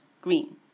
green